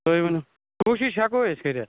تُہۍ ؤنِو کوٗشِش ہٮ۪کو أسۍ کٔرِتھ